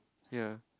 yea